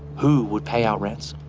who would pay our ransom.